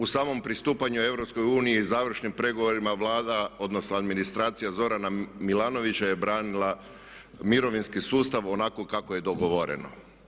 U samom pristupanju EU, završnim pregovorima Vlada, odnosno administracija Zorana Milanovića je branila mirovinski sustav onako kako je dogovoreno.